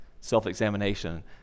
self-examination